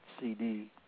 CD